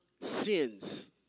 sins